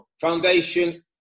foundation